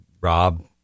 Rob